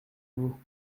vous